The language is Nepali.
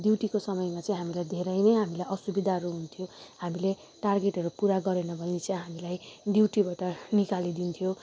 ड्युटीको समयमा चाहिँ हामीलाई धेरै नै हामीलाई असुविधाहरू हुन्थ्यो हामीले टार्गेटहरू पुरा गरेन भने चाहिँ हामीलाई ड्युटीबाट निकालिदिन्थ्यो